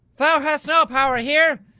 thou hast no power here!